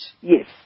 Yes